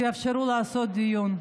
תאפשרו לעשות דיון.